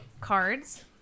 cards